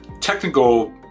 technical